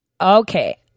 Okay